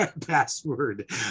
password